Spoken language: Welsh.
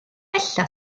ella